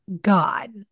God